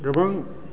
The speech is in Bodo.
गोबां